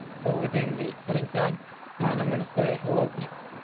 so within the heading tags and i'm gonna say hello, people.